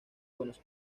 buenos